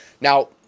Now